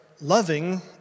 loving